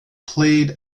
played